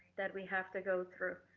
that we have to go through,